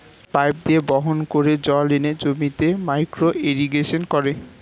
pipe দিয়ে বাহন করে জল এনে জমিতে মাইক্রো ইরিগেশন করে